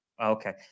Okay